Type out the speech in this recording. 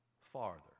farther